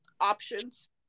options